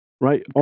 Right